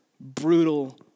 brutal